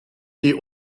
die